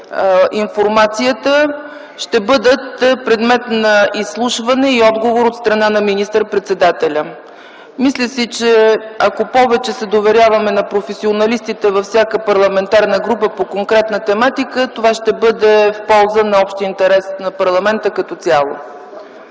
информацията – ще бъдат предмет на изслушване и отговор от страна на министър-председателя. Мисля си, че ако повече се доверяваме на професионалистите във всяка парламентарна група по конкретна тематика, това ще бъде в полза на общия интерес на парламента като цяло.